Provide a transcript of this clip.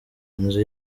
inzu